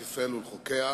ולחוקיה,